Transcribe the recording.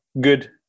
good